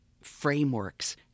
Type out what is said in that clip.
frameworks